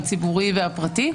הציבורי והפרטי.